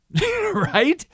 Right